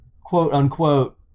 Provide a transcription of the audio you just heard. quote-unquote